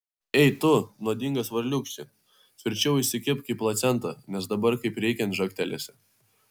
ei tu nuodingas varliūkšti tvirčiau įsikibk į placentą nes dabar kaip reikiant žagtelėsi